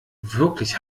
wirklich